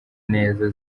neza